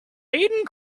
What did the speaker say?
aden